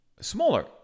smaller